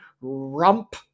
rump